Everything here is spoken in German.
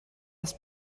das